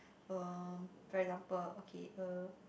uh for example okay uh